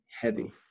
heavy